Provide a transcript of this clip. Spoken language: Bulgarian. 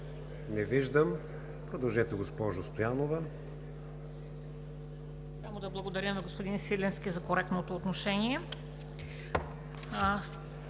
Не виждам. Продължете, госпожо Стоянова.